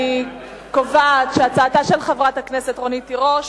אני קובעת שהצעתה של חברת הכנסת רונית תירוש